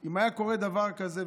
אם היה קורה דבר כזה,